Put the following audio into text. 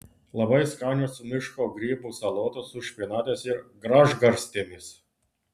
labai skanios miško grybų salotos su špinatais ir gražgarstėmis